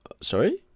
Sorry